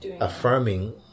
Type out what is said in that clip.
affirming